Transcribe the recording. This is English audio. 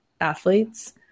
athletes